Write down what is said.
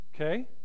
Okay